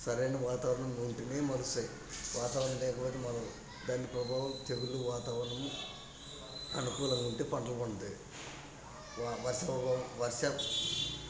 సరైన వాతావరణం ఉంటేనే మలుస్తాయి వాతావరణం లేకపోతే మొలవ్వు దానికి తెగులు వాతావరణము అనుకూలంగా ఉంటే పంటలు పండుతాయి వర్షము వర్ష